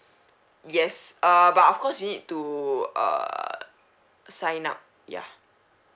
yes uh but of course you need to err sign up yeah